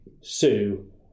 Sue